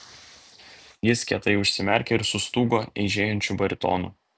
jis kietai užsimerkė ir sustūgo eižėjančiu baritonu